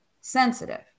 sensitive